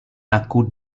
aku